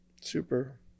super